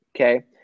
Okay